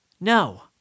No